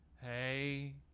Hey